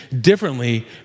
differently